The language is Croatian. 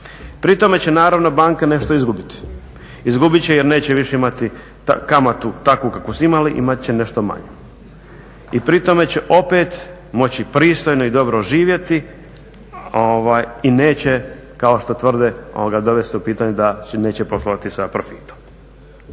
Pri tome će banke nešto izgubiti, izgubit će jer više neće imati kamatu takvu kakvu su imali, imat će nešto manju i pri tome će opet moći pristojno i dobro živjeti i neće kao što tvrde dovesti se u pitanje da neće poslovati sa profitom.